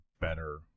better